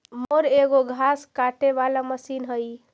mower एगो घास काटे वाला मशीन हई